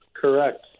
Correct